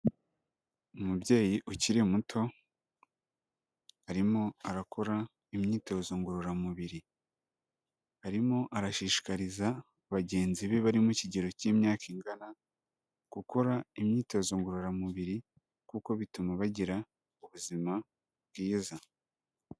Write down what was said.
Umubyeyi ukiri muto, arimo arakora imyitozo ngororamubiri. Arimo arashishikariza bagenzi be bari mu kigero cy'imyaka ingana, gukora imyitozo ngororamubiri kuko bituma bagira ubuzima bwiza.